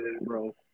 bro